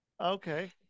Okay